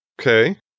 Okay